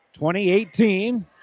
2018